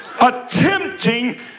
attempting